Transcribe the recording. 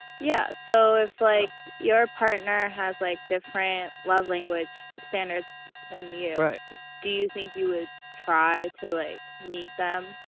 yeah, so it's like your partner has like different love language standards than you do you think you would try to like meet them?